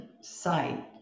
sight